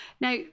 Now